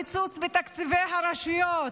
הקיצוץ בתקציבי הרשויות,